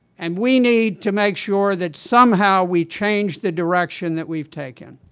and we need to make sure that somehow we change the direction that we've taken.